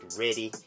ready